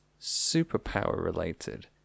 superpower-related